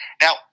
Now